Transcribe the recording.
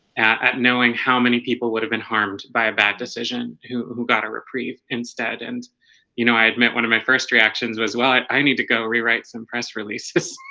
at at knowing how many people would have been harmed by bad decision who who got a reprieve instead and you know i admit one of my first reactions was well, i need to go rewrite some press releases,